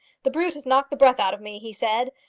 the brute has knocked the breath out of me, he said.